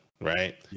right